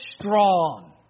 strong